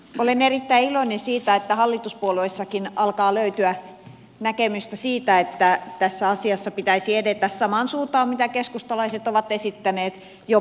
olen erittäin iloinen siitä että hallituspuolueissakin alkaa löytyä näkemystä siitä että tässä asiassa pitäisi edetä samaan suuntaan kuin mitä keskustalaiset ovat esittäneet jo pitkään